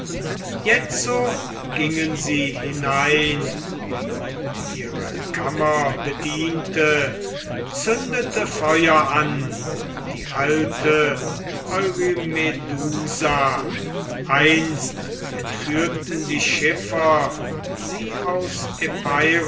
jetzo ging sie hinein und ihre kammerbediente zündete feuer an die alte eurymedusa einst entführten die schiffer sie aus